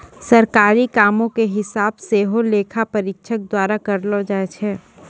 सरकारी कामो के हिसाब सेहो लेखा परीक्षक द्वारा करलो जाय छै